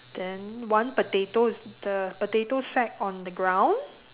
then one potato is the potato sack on the ground